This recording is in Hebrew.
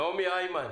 נעמי היימן